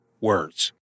words